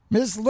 Miss